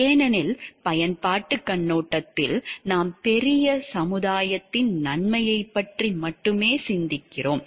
ஏனெனில் பயன்பாட்டுக் கண்ணோட்டத்தில் நாம் பெரிய சமுதாயத்தின் நன்மையைப் பற்றி சிந்திக்கிறோம்